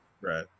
right